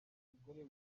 umugore